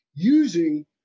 using